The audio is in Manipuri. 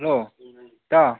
ꯍꯜꯂꯣ ꯏꯇꯥꯎ